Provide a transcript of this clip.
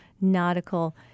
nautical